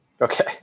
okay